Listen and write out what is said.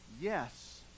yes